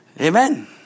Amen